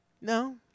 No